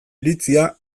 iritzia